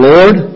Lord